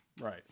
Right